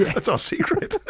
that's our secret.